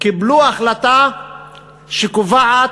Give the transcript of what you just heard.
קיבלו החלטה שקובעת